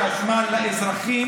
אני בעד חשמל לאזרחים.